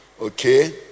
okay